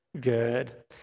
good